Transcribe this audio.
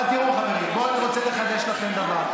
אבל תראו, חברים, פה אני רוצה לחדש לכם דבר.